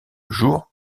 jour